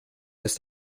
ist